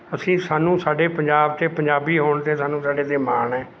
ਅਸੀਂ ਸਾਨੂੰ ਸਾਡੇ ਪੰਜਾਬ 'ਤੇ ਪੰਜਾਬੀ ਹੋਣ 'ਤੇ ਸਾਨੂੰ ਸਾਡੇ 'ਤੇ ਮਾਣ ਹੈ